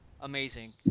amazing